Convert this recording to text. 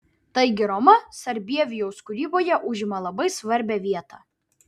taigi roma sarbievijaus kūryboje užima labai svarbią vietą